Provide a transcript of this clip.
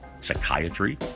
psychiatry